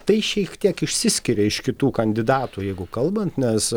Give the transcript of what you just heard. tai šiek tiek išsiskiria iš kitų kandidatų jeigu kalbant nes